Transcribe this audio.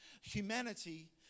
humanity